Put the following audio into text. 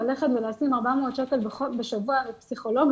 ללכת ולשים 400 שקל בשבוע לפסיכולוג,